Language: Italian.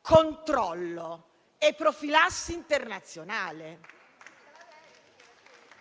controllo e profilassi internazionale